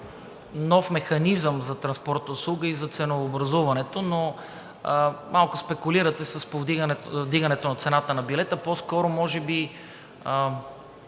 нов механизъм за транспортна услуга и за ценообразуването, но малко спекулирате с вдигането на цената на билета. По-скоро може би